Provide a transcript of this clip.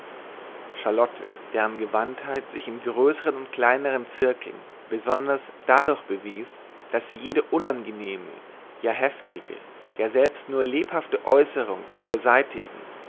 charlotte deren gewandtheit sich in größeren und kleineren zirkeln besonders dadurch bewies daß sie jede unangenehme jede heftige ja selbst nur lebhafte äußerung zu beseitigen